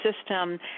system